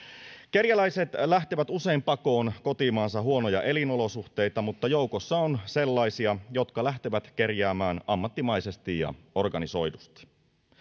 kerjäläiset lähtevät usein pakoon kotimaansa huonoja elinolosuhteita mutta joukossa on sellaisia jotka lähtevät kerjäämään ammattimaisesti ja organisoidusti